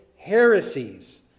Heresies